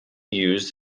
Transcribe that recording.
used